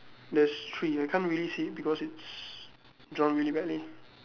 there's three I can't really see it because it's drawn really badly